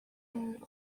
and